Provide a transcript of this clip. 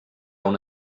una